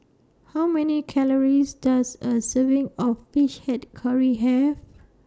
How Many Calories Does A Serving of Fish Head Curry Have